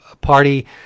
party